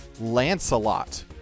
Lancelot